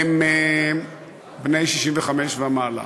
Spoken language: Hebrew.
הם בני 65 ומעלה.